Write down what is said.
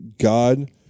God